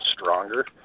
stronger